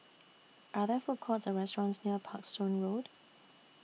Are There Food Courts Or restaurants near Parkstone Road